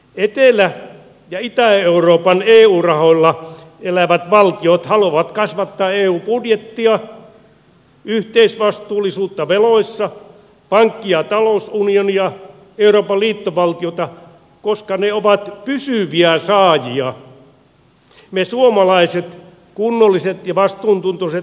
etelä ja itä euroopan eu rahoilla elävät valtiot haluavat kasvattaa eun budjettia yhteisvastuullisuutta veloissa pankki ja talousunionia ja euroopan liittovaltiota koska ne ovat pysyviä saajia me suomalaiset kunnolliset ja vastuuntuntoiset ainaisia maksajia